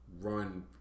run